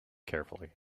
carefully